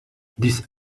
this